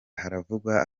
haravugwa